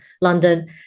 London